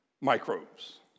microbes